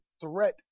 threat